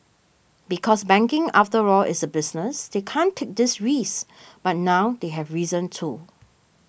because banking after all is a business they can't take these risks but now they have reason to